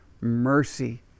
mercy